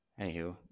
Anywho